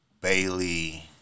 Bailey